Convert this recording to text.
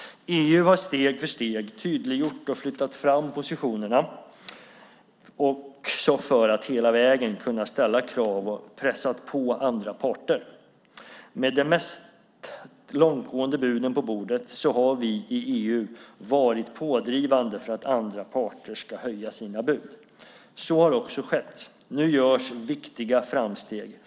EU har steg för steg tydliggjort och flyttat fram positionerna också för att hela vägen kunna ställa krav och pressa på andra parter. Med de mest långtgående buden på bordet har vi i EU varit pådrivande för att andra parter ska höja sina bud. Så har också skett. Nu görs viktiga framsteg.